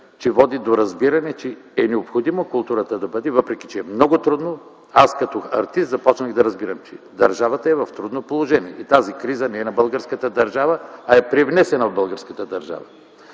ви уверя, до разбиране, че е необходимо културата да бъде, въпреки че е много трудно, аз като артист започнах да разбирам, че държавата е в трудно положение и тази криза не е на българската държава, а е привнесена в българската държава.